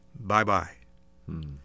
Bye-bye